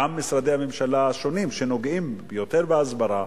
גם משרדי הממשלה השונים שנוגעים יותר בהסברה,